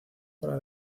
para